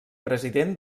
president